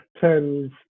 Tens